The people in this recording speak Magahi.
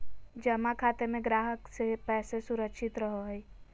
जमा खाते में ग्राहक के पैसा सुरक्षित रहो हइ